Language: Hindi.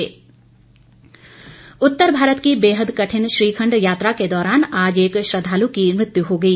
श्रीखंड यात्रा उत्तर भारत की बेहद कठिन श्रीखंड यात्रा के दौरान आज एक श्रद्धालु की मृत्यु हो गई